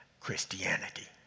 Christianity